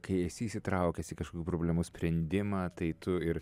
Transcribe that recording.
kai esi įsitraukęs į kažkokių problemų sprendimą tai tu ir